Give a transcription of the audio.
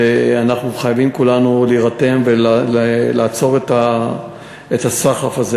ואנחנו חייבים כולנו להירתם ולעצור את הסחף הזה.